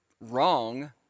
wrong